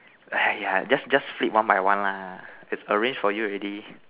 !aiya! just just flip one by one lah is arrange for you already